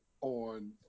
on